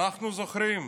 אנחנו זוכרים,